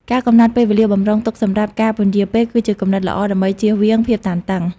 ការកំណត់ពេលវេលាបម្រុងទុកសម្រាប់ការពន្យារពេល គឺជាគំនិតល្អដើម្បីចៀសវាងភាពតានតឹង។